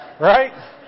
right